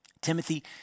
Timothy